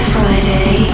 Friday